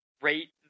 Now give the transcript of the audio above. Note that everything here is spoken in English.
rate